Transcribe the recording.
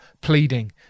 pleading